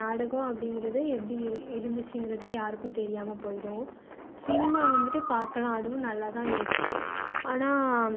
நாடகம் அப்படிங்குறதே எப்படி இருந்துச்சுங்கிறதே யாருக்கும் தெரியாமல் போய்டும் சினிமா வந்துட்டு பார்க்கலாம் அதுவும் நல்லாதான் இருக்கும் ஆனால்